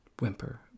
Whimper